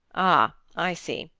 ah i see.